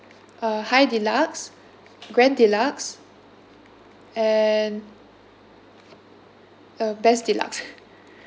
uh high deluxe grand deluxe and uh best deluxe